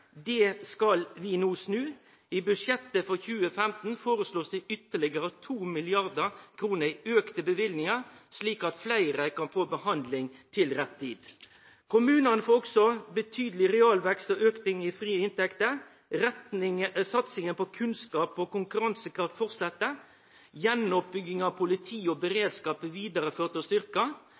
Det skal vi no snu. I budsjettet for 2015 blir det foreslått ytterlegare 2 mrd. kr i auka løyvingar, slik at fleire kan få behandling til rett tid. Kommunane får også ein betydeleg realvekst og auke i dei frie inntektene. Satsinga på kunnskap og konkurransekraft held fram. Gjenoppbygginga av politiet og beredskapen bli vidareført